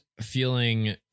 feeling